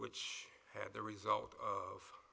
which had the result of